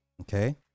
Okay